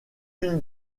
une